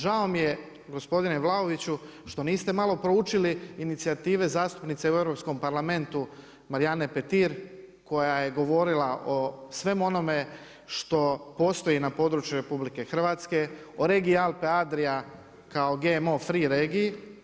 Žao mi je gospodine Vlaoviću što niste malo proučili inicijative zastupnice u Europskom parlamentu Marijane Petir koja je govorila o svemu onome što postoji na području Republike Hrvatske, o regiji Alpe Adria kao GMO free regiji.